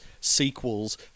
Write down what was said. sequels